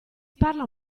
parla